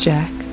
Jack